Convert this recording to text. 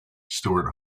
stewart